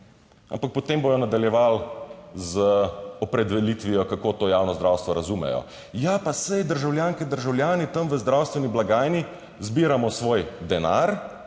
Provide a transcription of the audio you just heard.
ampak potem bodo nadaljevali z opredelitvijo, kako to javno zdravstvo razumejo. Ja, pa saj državljanke in državljani tam v zdravstveni blagajni zbiramo svoj denar,